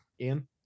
Ian